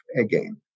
again